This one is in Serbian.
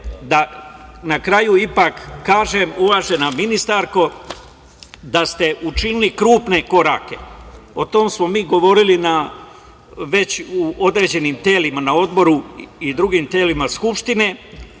da na kraju ipak kažem, uvažena ministarko da ste učinili krupne korake. O tome smo mi govorili, već u određenim telima na odboru i drugim telima Skupštine,